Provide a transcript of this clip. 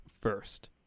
first